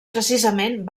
precisament